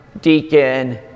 deacon